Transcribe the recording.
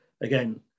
again